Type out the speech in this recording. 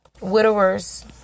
widowers